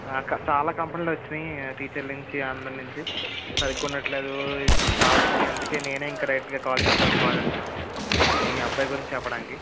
క చాలా కంప్లైంట్లు వచ్చాయి టీచర్లు నుంచి అందరి నుంచి సరిగ్గా ఉండట్లేదు చాలా వచ్చాయి అందుకే నేనే ఇంక డైరెక్ట్గా కాల్ చేద్దామని కాల్ చేస్తున్నాను మీ అబ్బాయి గురించి చెప్పడానికి